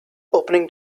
opening